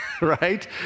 Right